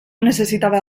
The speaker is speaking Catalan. necessitava